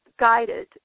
guided